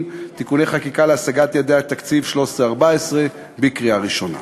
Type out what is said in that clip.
(תיקוני חקיקה להשגת יעדי התקציב לשנים 2013 ו-2014) בקריאה ראשונה.